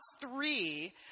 three